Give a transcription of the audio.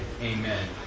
Amen